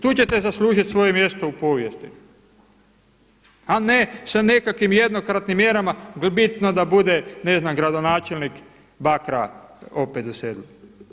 Tu ćete zaslužiti svoje mjesto u povijesti, a ne sa nekakvim jednokratnim mjerama bitno da bude ne znam gradonačelnik Bakra opet u sedlu.